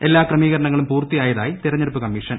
എല്ലാ ക്രമീകരണങ്ങളും പൂർത്തിയായതായി തിരഞ്ഞെടുപ്പു കമ്മീഷൻ